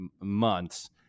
months